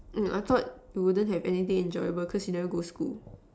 mm I thought you wouldn't have anything enjoyable because you never go school